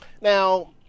Now